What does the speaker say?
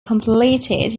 completed